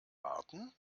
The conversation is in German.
warten